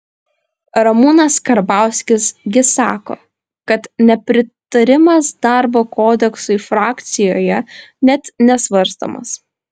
ramūnas karbauskis gi sako kad nepritarimas darbo kodeksui frakcijoje net nesvarstomas